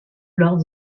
lors